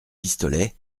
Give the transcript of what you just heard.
pistolets